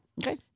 Okay